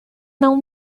não